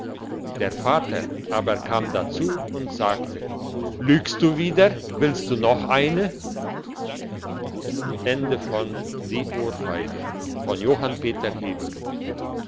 der vater aber kam dazu und sagte lügst du wieder willst du noch eine